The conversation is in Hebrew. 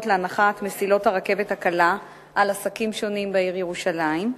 להנחת מסילות הרכבת הקלה על עסקים שונים בעיר ירושלים,